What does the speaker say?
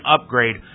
upgrade